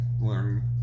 learn